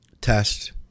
Test